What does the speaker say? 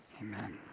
Amen